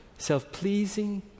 self-pleasing